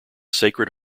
sacred